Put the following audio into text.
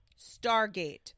Stargate